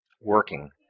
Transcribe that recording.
working